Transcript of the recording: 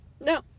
No